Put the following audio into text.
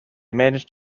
managed